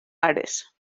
ares